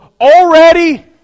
already